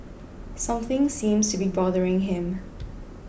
something seems to be bothering him